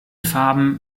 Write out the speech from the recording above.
farben